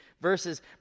verses